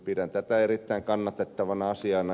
pidän tätä erittäin kannatettavana asiana